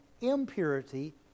impurity